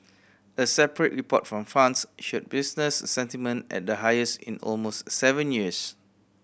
a separate report from France showed business sentiment at the highest in almost seven years